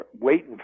waiting